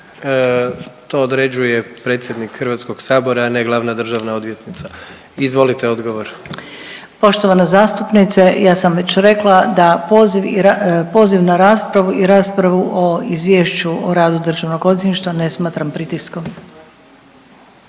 To određuje predsjednik Hrvatskog sabora, a ne glavna državna odvjetnica. Izvolite odgovor. **Hrvoj-Šipek, Zlata** Poštovana zastupnice ja sam već rekla da poziv na raspravu i raspravu o izvješću o radu Državnog odvjetništva ne smatram pritiskom.